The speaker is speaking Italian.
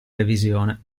revisione